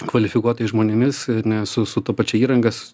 kvalifikuotais žmonėmis ane su su ta pačia įranga s